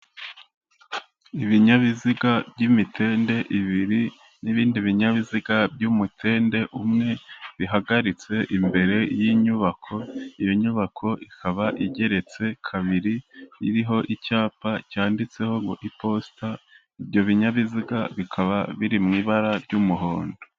Ibinyabiziga by'imitende ibiri n'ibindi binyabiziga by'umutende umwe bihagaritse imbere y'inyubako, iyo nyubako ikaba igeretse kabiri iriho icyapa cyanditseho ngo ''iposita'' ibyo binyabiziga bikaba biri mu ibara ry'umuhondo.